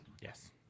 Yes